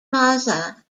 plaza